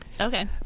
Okay